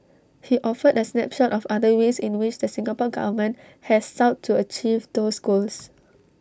he offered A snapshot of other ways in which the Singapore Government has sought to achieve those goals